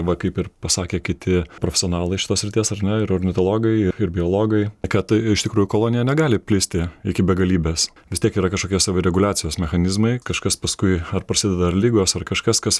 va kaip ir pasakė kiti profesionalai iš tos srities ar ne ir ornitologai ir biologai kad iš tikrųjų kolonija negali plisti iki begalybės vis tiek yra kažkokie savireguliacijos mechanizmai kažkas paskui ar prasideda ar ligos ar kažkas kas